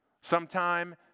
sometime